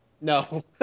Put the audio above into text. No